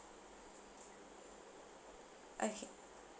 okay